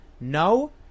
No